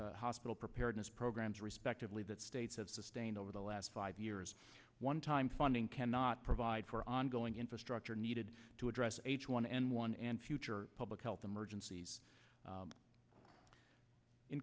th hospital preparedness programs respectively that states have sustained over the last five years one time funding cannot provide for ongoing infrastructure needed to address h one n one and future public health emergencies